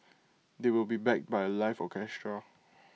they will be backed by A live orchestra